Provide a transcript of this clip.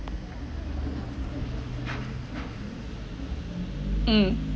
mm